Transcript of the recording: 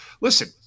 listen